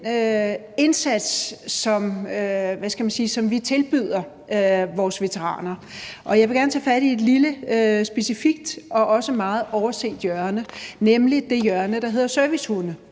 indsats, som vi tilbyder vores veteraner, og jeg vil gerne tage fat i et lille specifikt og også meget overset hjørne, nemlig det hjørne, der hedder servicehunde.